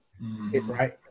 Right